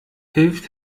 hilft